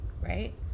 Right